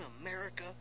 America